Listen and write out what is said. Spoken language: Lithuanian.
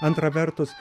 antra vertus